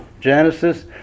Genesis